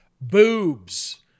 boobs